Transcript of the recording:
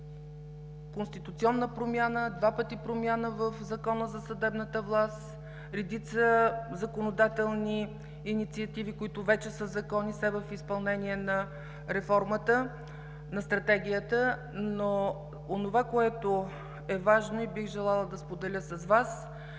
конституционна промяна, два пъти промяна в Закона за съдебната власт, редица законодателни инициативи, които вече са закони – все в изпълнение на Стратегията. Но онова, което е важно и бих желала да споделя с Вас,